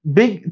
big